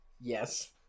Yes